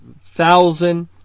thousand